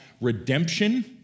redemption